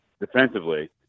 defensively